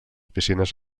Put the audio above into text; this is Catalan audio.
piscines